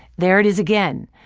there it is again.